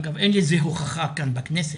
אגב, אין לזה הוכחה כאן בכנסת.